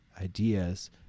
ideas